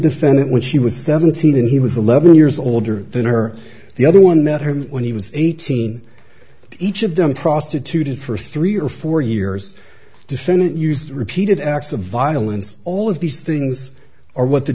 defendant when she was seventeen and he was eleven years older than her the other one met him when he was eighteen each of them prostituted for three or four years defendant used repeated acts of violence all of these things are what the